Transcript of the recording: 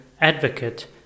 advocate